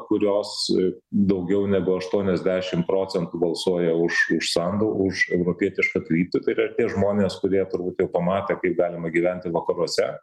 kurios daugiau negu aštuoniasdešim procentų balsuoja už už sandu už europietišką kritikai ir ar tie žmonės kurie turbūt pamatė kaip galima gyventi vakaruose